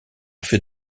fait